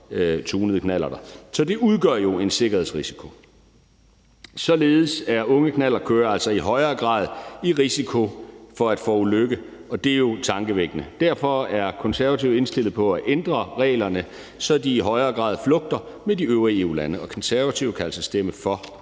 Så det udgør jo en sikkerhedsrisiko. Således er unge knallertkørere altså i højere grad i risiko for at forulykke, og det er jo tankevækkende. Derfor er Konservative indstillet på at ændre reglerne, så de i højere grad flugter med de øvrige EU-lande, og Konservative kan altså stemme for